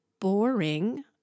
boring